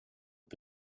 het